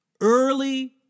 early